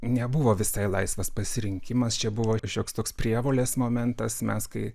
nebuvo visai laisvas pasirinkimas čia buvo šioks toks prievolės momentas mes kai